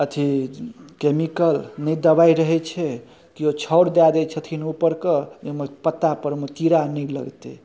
अथी केमिकल नहि दबाइ रहै छै केओ छाउर दए दै छथिन ओइपर के ओइमे पत्ता परमे कीड़ा नहि लगतै